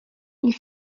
ils